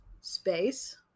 space